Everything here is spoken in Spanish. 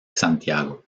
santiago